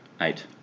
Eight